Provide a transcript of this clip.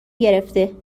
گرفته